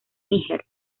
níger